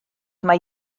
mai